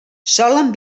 solen